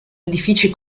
edifici